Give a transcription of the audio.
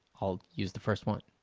i'll use the first one.